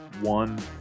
one